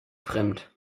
fremd